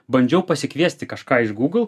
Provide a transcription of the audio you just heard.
bandžiau pasikviesti kažką iš google